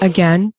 Again